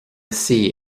suí